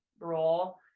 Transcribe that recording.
role